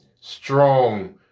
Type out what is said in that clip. strong